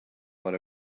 what